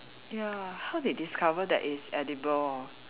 ya how they discover that it's edible